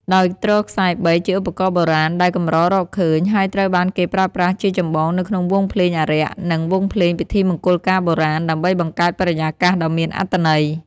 ដោយទ្រខ្សែបីជាឧបករណ៍បុរាណដែលកម្ររកឃើញ ហើយត្រូវបានគេប្រើប្រាស់ជាចម្បងនៅក្នុងវង់ភ្លេងអារក្ស និង វង់ភ្លេងពិធីមង្គលការបុរាណ ដើម្បីបង្កើតបរិយាកាសដ៏មានអត្ថន័យ។